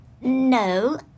No